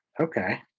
okay